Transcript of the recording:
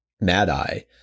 Mad-Eye